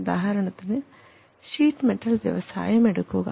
ഉദാഹരണത്തിന് sheet metal വ്യവസായം എടുക്കുക